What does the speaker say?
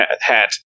hat